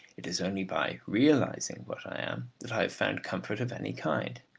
it is only by realising what i am that i have found comfort of any kind.